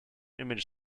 image